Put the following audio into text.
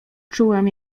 czułem